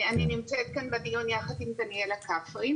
אני נמצאת כאן בדיון יחד עם דניאלה כפרי,